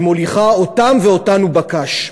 ומוליכה אותם ואותנו בקש.